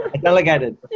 Delegated